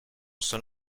son